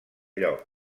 lloc